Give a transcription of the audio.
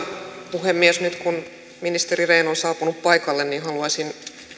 puhemies nyt kun ministeri rehn on saapunut paikalle niin haluaisin